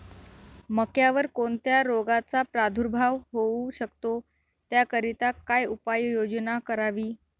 मक्यावर कोणत्या रोगाचा प्रादुर्भाव होऊ शकतो? त्याकरिता काय उपाययोजना करावी?